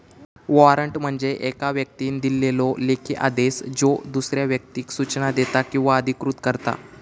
warrant म्हणजे येका व्यक्तीन दिलेलो लेखी आदेश ज्यो दुसऱ्या व्यक्तीक सूचना देता किंवा अधिकृत करता